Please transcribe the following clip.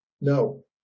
No